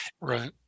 Right